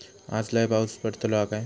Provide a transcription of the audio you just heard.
आज लय पाऊस पडतलो हा काय?